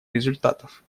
результатов